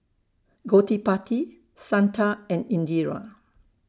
Gottipati Santha and Indira